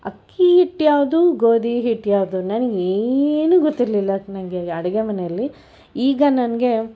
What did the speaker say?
ಅಕ್ಕಿ ಹಿಟ್ಟು ಯಾವುದು ಗೋಧಿ ಹಿಟ್ಟು ಯಾವುದು ನನಗೇನು ಗೊತ್ತಿರಲಿಲ್ಲ ನನಗೆ ಅಡಗೆ ಮನೆಯಲ್ಲಿ ಈಗ ನನಗೆ